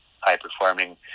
high-performing